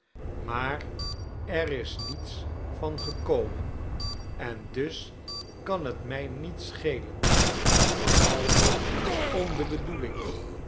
maar er is niets van gekomen en dus kan het mij niet schelen behalve om de bedoeling